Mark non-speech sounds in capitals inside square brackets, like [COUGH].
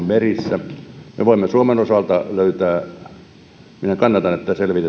[UNINTELLIGIBLE] merissä me voimme suomen osalta löytää minä kannatan että selvitetään